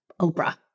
Oprah